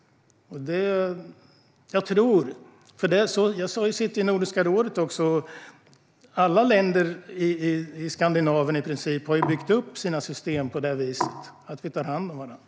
Jag sitter även i Nordiska rådet. I princip alla länder i Skandinavien har byggt upp sina system på det viset att vi tar hand om varandra.